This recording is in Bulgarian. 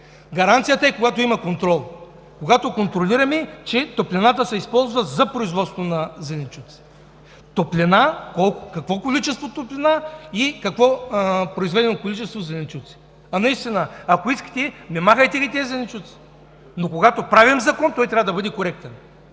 Гаранцията е, когато има контрол, когато контролираме, че топлината се използва за производство на зеленчуци – топлина, какво количество топлина и какво количество зеленчуци е произведено. Наистина, ако искате, махнете ги и тези зеленчуци, но когато правим закон, той трябва да бъде коректен,